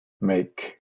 make